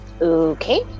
Okay